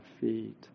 feet